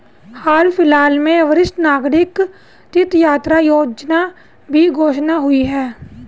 हाल फिलहाल में वरिष्ठ नागरिक तीर्थ यात्रा योजना की घोषणा हुई है